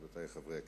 רבותי חברי הכנסת,